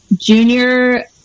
junior